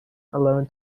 alone